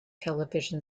television